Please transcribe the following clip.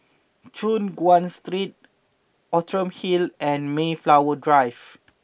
Choon Guan Street Outram Hill and Mayflower Drive